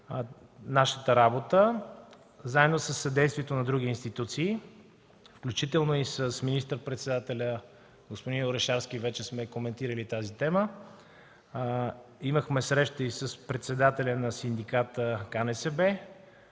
нашата работа заедно със съдействието на други институции, включително и с министър-председателя господин Орешарски вече сме коментирали тази тема. Имахме среща и с председателя на синдиката КНСБ,